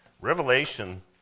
Revelation